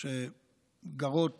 בקהילות שגרות